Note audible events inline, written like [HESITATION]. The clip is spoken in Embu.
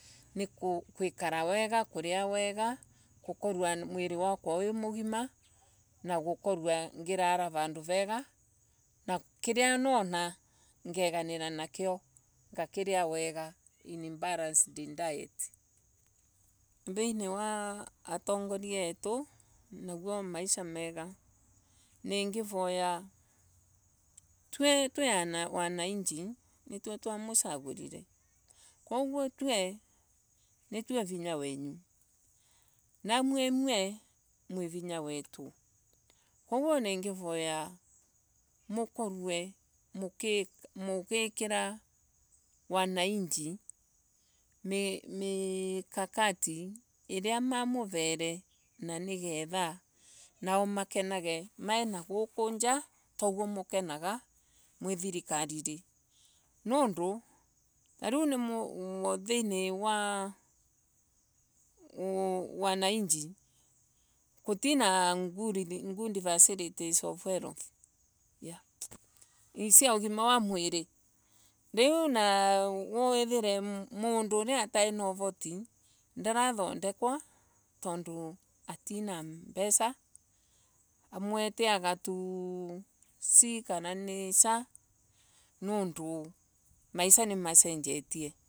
Ni ku [HESITATION] gwikara wega kuria wega na gukorwa mwili wakwa wi mugima, na gukorwa ngimama vandu vega na gukorwa kiria nona ngeganira nakio ngakiria wega in balanced diet, thiini wa atongoria etu nao maisha mega, ningevoya twi wananchi nitue twamusagurire, koguo tue nitue vinya wenyu. namwe mwe mwi vinya wetu koguo ningevoya mukorwe mugikira wananchi mi mikakati iria mamuvire na nigetha nao makenage me na guku njaa ta uria mukenaga mwi thirikariri, tondu thiini wa aa na wananchi gutina good facilities of health facilities sia ugima wa mwili riu na withire mundu uria utaravota ndara thondekwa niundu atina mbesa, amwe ti agatu si kana sha nundu maisha nimasenjetie.